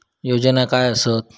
योजना काय आसत?